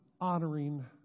honoring